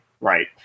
right